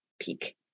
Peak